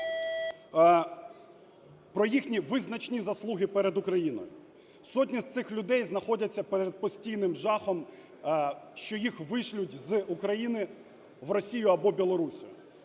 про їхні визначні заслуги перед Україною. Сотні з цих людей знаходяться перед постійним жахом, що їх вишлють з України в Росію або Білорусь.